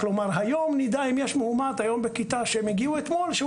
כלומר אם יש מאומת היום בכיתה שהם הגיעו אתמול,